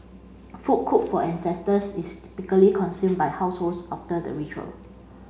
food cooked for ancestors is typically consumed by households after the ritual